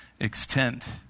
extent